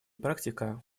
практика